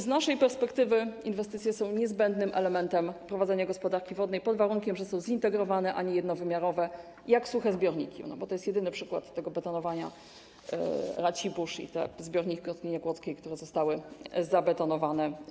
Z naszej perspektywy inwestycje są niezbędnym elementem prowadzenia gospodarki wodnej, pod warunkiem że są zintegrowane, a nie jednowymiarowe, jak suche zbiorniki, bo to jest jedyny przykład tego betonowania - Racibórz, i te zbiorniki w Kotlinie Kłodzkiej, które zostały zabetonowane.